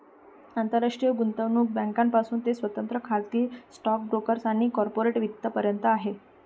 आंतरराष्ट्रीय गुंतवणूक बँकांपासून ते स्वतंत्र खाजगी स्टॉक ब्रोकर्स आणि कॉर्पोरेट वित्त पर्यंत आहे